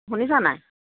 শুনিছা নাই